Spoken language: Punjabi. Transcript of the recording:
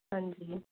ਹਾਂਜੀ